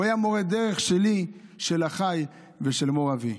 הוא היה מורה דרך שלי, של אחיי ושל מור אבי.